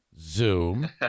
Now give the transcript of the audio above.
Zoom